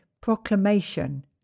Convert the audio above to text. proclamation